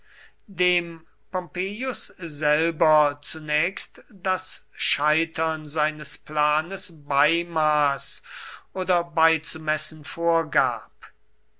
dem pompeius selber zunächst das scheitern seines planes beimaß oder beizumessen vorgab